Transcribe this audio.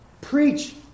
Preach